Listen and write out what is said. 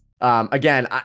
Again